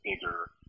bigger